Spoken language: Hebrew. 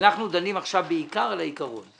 אנחנו דנים עכשיו בעיקר על העיקרון,